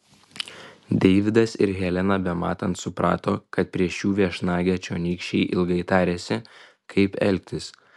deividas ir helena bematant suprato kad prieš jų viešnagę čionykščiai ilgai tarėsi kaip elgtis